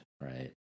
right